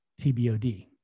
TBOD